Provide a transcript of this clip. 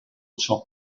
shop